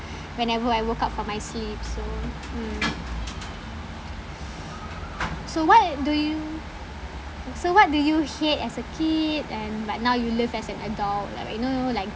whenever I woke up from my sleep so mm so what do you so what do you hate as a kid and but now you love as an adult like like you know like